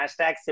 hashtag